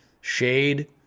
shade